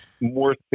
more